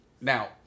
Now